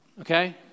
Okay